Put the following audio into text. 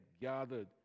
gathered